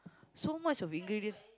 so much of ingredient